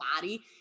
body